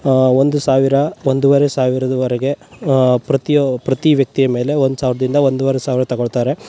ಒಂದು ಸಾವಿರ ಒಂದುವರೆ ಸಾವಿರದ ವರೆಗೆ ಪ್ರತಿಯ ಪ್ರತಿ ವ್ಯಕ್ತಿಯ ಮೇಲೆ ಒಂದು ಸಾವಿರದಿಂದ ಒಂದೂವರೆ ಸಾವಿರ ತಗೊಳ್ತಾರೆ